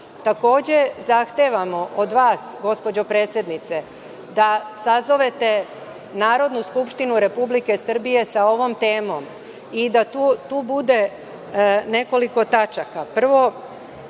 na KiM? Zahtevamo od vas, gospođo predsednice, da sazovete Narodnu skupštinu Republike Srbije sa ovom temom i da tu bude nekoliko tačaka.